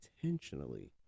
intentionally